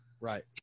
Right